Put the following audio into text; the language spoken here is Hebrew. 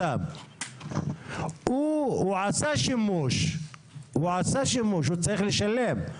הוא עשה שימוש והוא צריך לשלם,